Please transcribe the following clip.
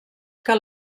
que